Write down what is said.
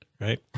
Right